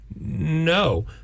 no